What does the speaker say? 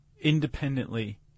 independently